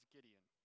Gideon